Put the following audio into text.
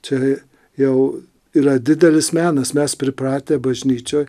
čia jau yra didelis menas mes pripratę bažnyčioj